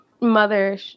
Mother